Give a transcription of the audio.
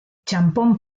txanpon